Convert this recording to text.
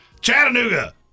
Chattanooga